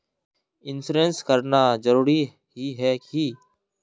Insurance कराना जरूरी ही है की?